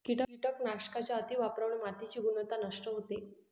कीटकनाशकांच्या अतिवापरामुळे मातीची गुणवत्ता नष्ट होते